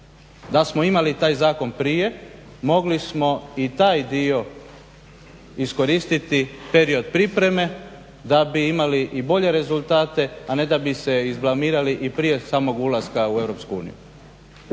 Da smo imali taj zakon prije mogli smo i taj dio iskoristiti period pripreme da bi imali i bolje rezultate, a ne da bi se izblamirali i prije samog ulaska u